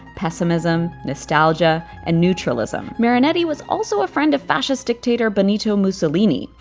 pessimism, nostalgia, and neutralism. marinetti was also a friend of fascist dictator benito mussolini,